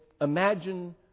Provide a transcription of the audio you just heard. imagine